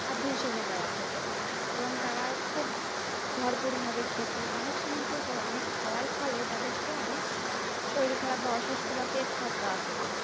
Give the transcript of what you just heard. খাদ্য হিসেবে দেওয়া হতো এবং তারা খুব ভরপুরভাবে খেতো অনেক সময় খেতো অনেক খাওয়ার ফলে তাদেরকে অনেক শরীর খারাপ বা অসুস্থ বা পেট ফাত দেওয়া হতো